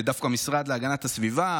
ודווקא המשרד להגנת הסביבה,